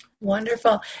wonderful